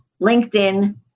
LinkedIn